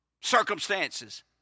Circumstances